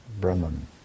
Brahman